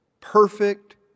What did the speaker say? perfect